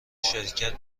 شرکت